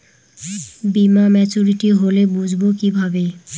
বীমা মাচুরিটি হলে বুঝবো কিভাবে?